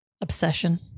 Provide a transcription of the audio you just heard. obsession